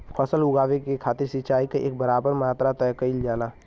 फसल उगावे के खातिर सिचाई क एक बराबर मात्रा तय कइल जाला